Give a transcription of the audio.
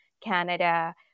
Canada